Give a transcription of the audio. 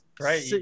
Right